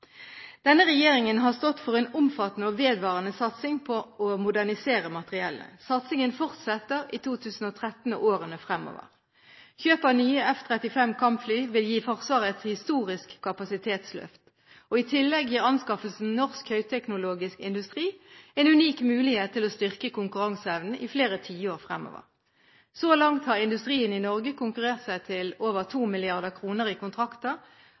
Denne regjeringen har stått for en omfattende og vedvarende satsing på å modernisere materiellet. Satsingen fortsetter i 2013 og i årene fremover. Kjøp av nye F-35 kampfly vil gi Forsvaret et historisk kapasitetsløft. I tillegg gir anskaffelsen norsk høyteknologisk industri en unik mulighet til å styrke konkurranseevnen i flere tiår fremover. Så langt har industrien i Norge konkurrert seg til over 2 mrd. kr i kontrakter,